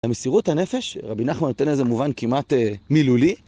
למסירות הנפש, רבי נחמן נותן לזה מובן כמעט מילולי